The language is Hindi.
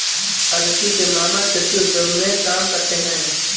अदिति के मामा कृषि उद्योग में काम करते हैं